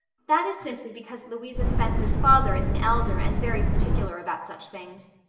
that is simply because louisa spencer's father is an elder and very particular about such things.